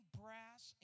brass